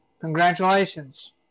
Congratulations